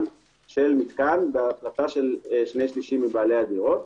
של מתקן בהסכמה של שני שלישים מבעלי הדירות.